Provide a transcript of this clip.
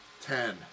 Ten